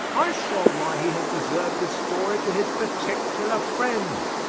i saw why he had reserved this story for his particular friends.